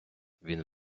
він